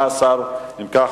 18. אם כך,